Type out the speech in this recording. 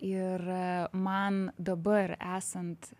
ir man dabar esant